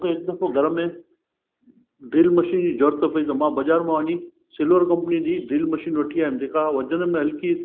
मूंखे हिकु दफ़ो घर में ड्रिल मशीन जी ज़रूरुत पई त मां बाज़ारि मां वञी सिलवर कंपनी जी ड्रिल मशीन वठी आयमि जेका वज़न में हलकी